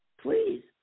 please